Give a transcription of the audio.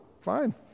Fine